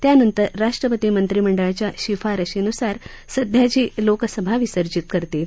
त्यानंतर राष्ट्रपती मंत्रीमंडळाच्या शिफारशीन्सार सध्याची लोकसभा विसर्जित करतील